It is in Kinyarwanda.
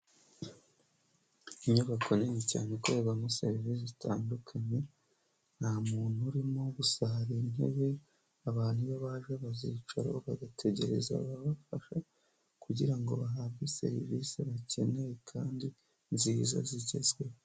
Inyubako nini cyane ikorerwamo serivisi zitandukanye, nta muntu urimo gusa hari intebe abantu iyo baje bazicaraho bagategereza ababafasha kugira ngo bahabwe serivisi bakeneye kandi nziza zigezweho.